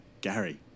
Gary